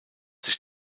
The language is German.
sich